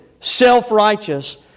self-righteous